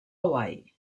hawaii